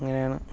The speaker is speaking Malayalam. അങ്ങനെയാണ്